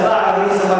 תרגומם: הפרח של הערים,